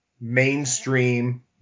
mainstream